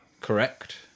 Correct